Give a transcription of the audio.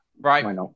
right